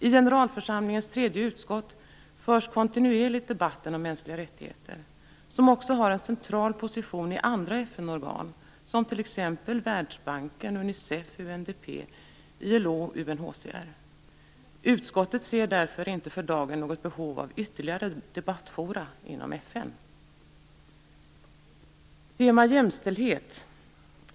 I generalförsamlingens tredje utskott förs kontinuerligt debatten om mänskliga rättigheter, vilken också har en central position i andra FN-organ, som t.ex. Världsbanken, Unicef, UNDP, ILO och UNHCR. Utskottet ser därför inte för dagen något behov av ytterligare debattforum inom FN. Nästa tema är jämställdhet.